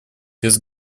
без